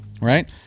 Right